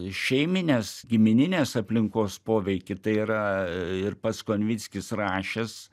šeiminės gimininės aplinkos poveikį tai yra ir pats konvickis rašęs